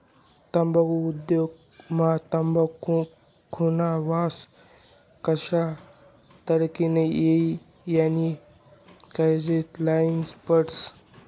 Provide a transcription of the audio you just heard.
तम्बाखु उद्योग मा तंबाखुना वास कशा टिकाडता ई यानी कायजी लेन्ही पडस